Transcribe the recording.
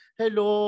hello